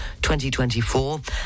2024